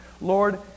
Lord